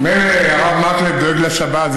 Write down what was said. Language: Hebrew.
מילא הרב מקלב, דואג לשבת,